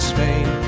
Spain